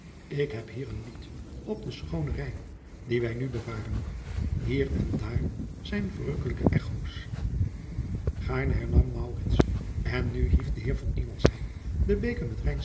k heb hier een ied op den schoonen ijn dien wij nu bevaren hier en daar zijn verrukkelijke cho s aarne hernam en nu hief de eer den beker met